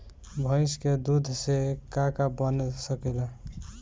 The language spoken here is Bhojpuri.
भइस के दूध से का का बन सकेला?